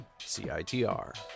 CITR